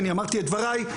אני אמרתי את דבריי.